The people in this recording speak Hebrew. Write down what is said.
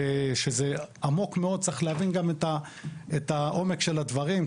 שזה עמוק מאוד, צריך להבין גם את העומק של הדברים.